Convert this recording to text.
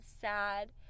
sad